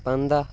پَنٛداہ